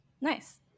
Nice